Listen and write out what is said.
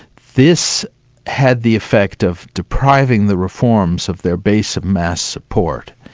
this had the effect of depriving the reforms of their base of mass support.